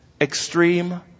extreme